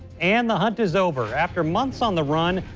and the hunt is over. after months on the run,